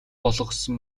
болгосон